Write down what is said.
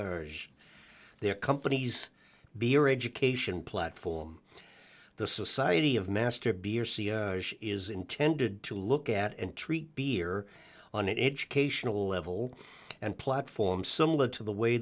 s their company's beer education platform the society of master beer is intended to look at and treat beer on an educational level and platform similar to the way